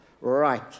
right